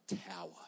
tower